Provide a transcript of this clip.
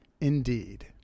Indeed